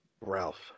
Ralph